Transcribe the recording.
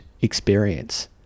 experience